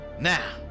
Now